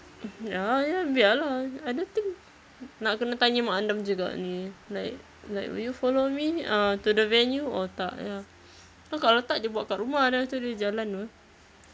ya ya biar lah I don't think nak kena tanya mak andam juga ni like like will you follow me uh to the venue or tak ya cause kalau tak dia buat kat rumah then lepas tu dia jalan [pe]